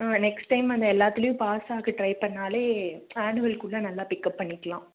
ஆ next time அந்த எல்லாத்திலையும் pass ஆக ட்ரை பண்ணாலே ஆனுவல்குள்ள நல்லா பிக்அப் பண்ணிக்கலாம்